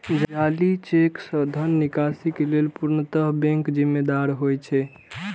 जाली चेक सं धन निकासी के लेल पूर्णतः बैंक जिम्मेदार होइ छै